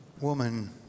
Woman